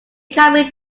can